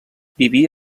vivia